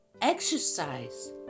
exercise